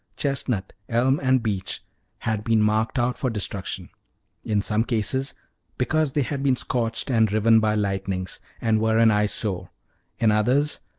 chestnut, elm, and beech had been marked out for destruction in some cases because they had been scorched and riven by lightnings, and were an eyesore in others,